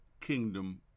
kingdom